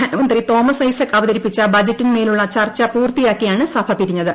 ധനമന്ത്രി തോമസ് ഐസക് അവതരിപ്പിച്ച ബജറ്റിന്മേലുള്ള ചർച്ച പൂർത്തിയാക്കിയാണ് സഭ പിരിഞ്ഞത്